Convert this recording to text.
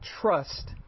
trust